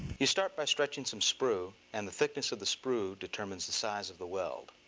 you start by stretching some sprue. and the thickness of the sprue determine the size of the weld.